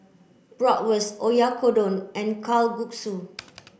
Bratwurst Oyakodon and Kalguksu